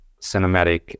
cinematic